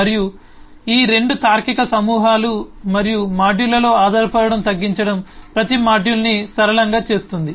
మరియు ఈ రెండు తార్కిక సమూహాలు మరియు మాడ్యూళ్ళలో ఆధారపడటం తగ్గించడం ప్రతి మాడ్యూల్ను సరళంగా చేస్తుంది